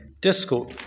discord